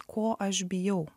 ko aš bijau